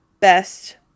Best